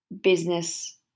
business